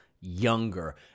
younger